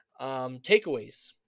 takeaways